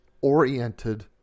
oriented